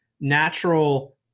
natural